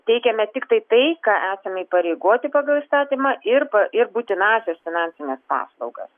teikiame tiktai tai ką esame įpareigoti pagal įstatymą ir ir būtinąsias finansines paslaugas